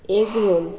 egg roll